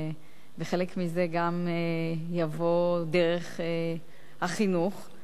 וחלק מזה יבוא גם דרך החינוך.